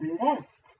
blessed